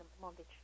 mortgage